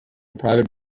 private